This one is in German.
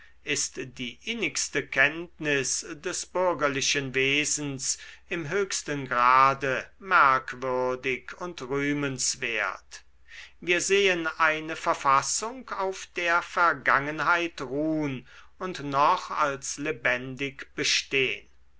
ist die innigste kenntnis des bürgerlichen wesens im höchsten grade merkwürdig und rühmenswert wir sehen eine verfassung auf der vergangenheit ruhn und noch als lebendig bestehn